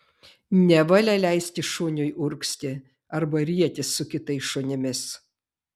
nevalia leisti šuniui urgzti arba rietis su kitais šunimis